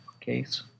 case